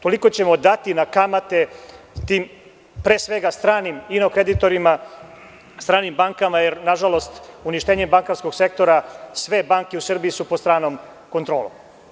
Toliko ćemo dati na kamate tim, pre svega, stranim inokreditorima, stranim bankama, jer nažalost uništenjem bankarskog sektora sve banke u Srbiji su pod stranom kontrolom.